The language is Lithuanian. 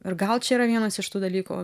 ir gal čia yra vienas iš tų dalykų